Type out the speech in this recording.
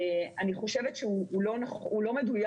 אני חושבת שהוא לא מדויק,